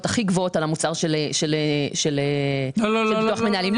הכי גבוהות על המוצר של ביטוח מנהלים?